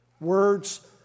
Words